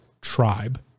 tribe